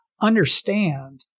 understand